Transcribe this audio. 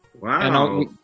Wow